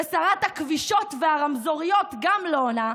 ושרת הכבישות והרמזוריות גם לא עונה,